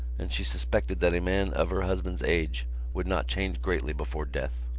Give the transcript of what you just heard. and she suspected that a man of her husband's age would not change greatly before death.